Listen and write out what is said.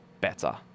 better